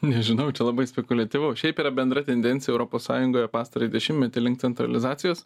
nežinau čia labai spekuliatyvu šiaip yra bendra tendencija europos sąjungoje pastarąjį dešimtmetį link centralizacijos